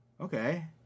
okay